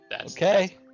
Okay